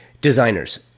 Designers